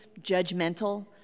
judgmental